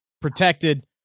Protected